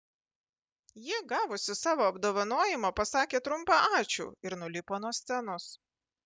ji gavusi savo apdovanojimą pasakė trumpą ačiū ir nulipo nuo scenos